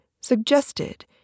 suggested